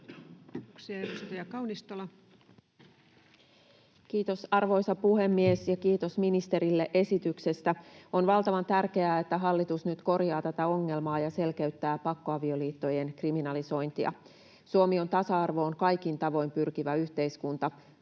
Kiitos, arvoisa puhemies! Ja kiitos ministerille esityksestä. On valtavan tärkeää, että hallitus nyt korjaa tätä ongelmaa ja selkeyttää pakkoavioliittojen kriminalisointia. Suomi on tasa-arvoon kaikin tavoin pyrkivä yhteiskunta.